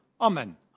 Amen